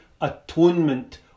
atonement